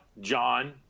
John